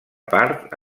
part